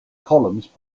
columns